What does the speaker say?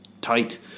tight